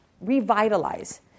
revitalize